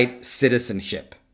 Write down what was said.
citizenship